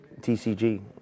TCG